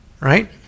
Right